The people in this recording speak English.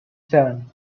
seven